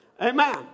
Amen